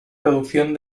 producción